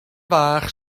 fach